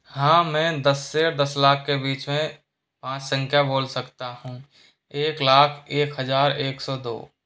हाँ मैं दस से दस लाख के बीच में पाँच संख्या बोल सकता हूँ एक लाख एक हज़ार एक सौ दो